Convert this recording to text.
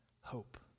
hope